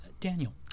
Daniel